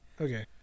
okay